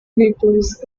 naples